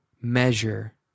measure